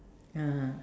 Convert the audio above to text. (uh huh)